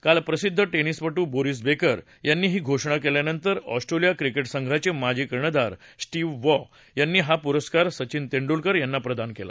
काल प्रसिद्ध िनिसपू क्रोरिस बेकर यांनी ही घोषणा केल्यानंतर ऑस्ट्रेलिया क्रिकेश संघाचे माजी कर्णधार सि व्हि वॉ यांनी हा पुरस्कार सचिन तेंडुलकर यांना प्रदान केला